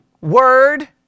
word